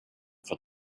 for